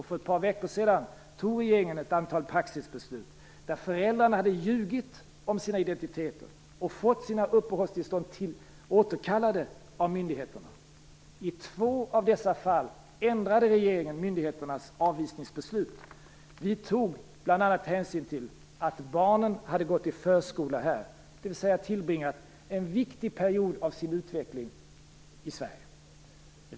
För ett par veckor sedan fattade regeringen ett antal praxisbeslut i ärenden där föräldrarna hade ljugit om sina identiteter och fått sina uppehållstillstånd återkallade av myndigheterna. I två av dessa fall ändrade regeringen myndigheternas avvisningsbeslut. Vi tog bl.a. hänsyn till att barnen hade gått i förskola här, dvs. att de hade tillbringat en viktig period av sin utveckling i Sverige.